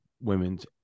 Women's